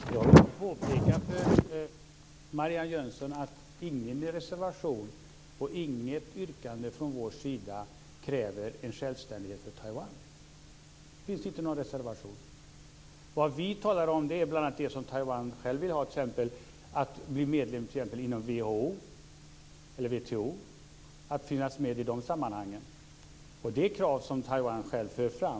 Fru talman! Jag har påpekat för Marianne Jönsson att det inte i någon reservation eller i något yrkande från vår sida krävs självständighet för Taiwan. Vad vi talar om är det som Taiwan själv vill, t.ex. bli medlem i WHO och WTO och finnas med i de sammanhangen. Detta är krav som Taiwan självt för fram.